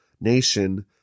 nation